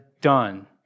done